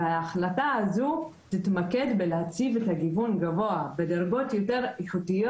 וההחלטה הזו תתמקד בלהציב את הגיוון גבוה בדרגות יותר איכותיות.